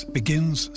begins